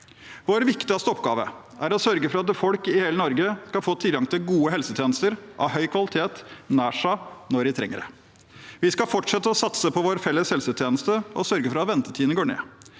Vår viktigste oppgave er å sørge for at folk i hele Norge skal få tilgang til gode helsetjenester av høy kvalitet nær seg når de trenger det. Vi skal fortsette å satse på vår felles helsetjeneste og sørge for at ventetidene går ned.